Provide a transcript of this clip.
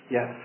Yes